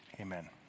Amen